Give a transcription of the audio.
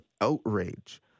outrage